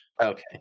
Okay